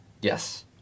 Yes